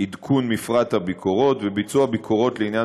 עדכון מפרט הביקורות וביצוע ביקורות לעניין